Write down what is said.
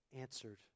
answered